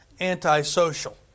antisocial